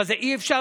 זה אי-אפשר?